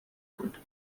بود